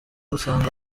usanga